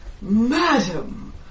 Madam